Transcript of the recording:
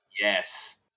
Yes